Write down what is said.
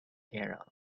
care